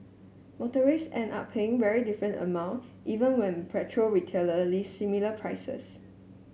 motorist end up paying very different amount even when petrol retailer list similar prices